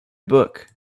book